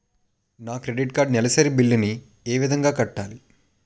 నా credit card నెలసరి bill ని ఏ విధంగా కట్టాలి?